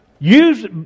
Use